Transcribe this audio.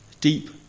Deep